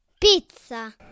Pizza